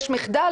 יש מחדל.